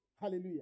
Hallelujah